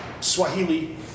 Swahili